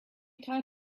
tied